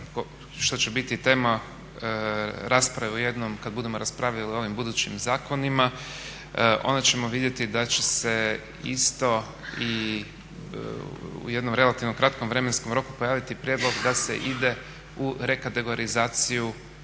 što će biti tema rasprave jednom kad budemo raspravljali o ovim budućim zakonima onda ćemo vidjeti da će se isto i u jednom relativno kratkom vremenskom roku pojaviti prijedlog da se ide u rekategorizaciju